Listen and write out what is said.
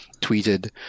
tweeted